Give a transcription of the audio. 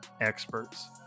experts